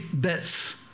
bits